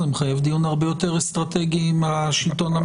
זה מחייב דיון הרבה יותר אסטרטגי עם השלטון המקומי,